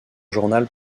journal